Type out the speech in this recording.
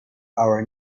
our